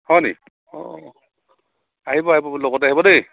হয়নি অঁ আহিব আহিব লগতে আহিব দেই